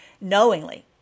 knowingly